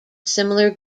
similar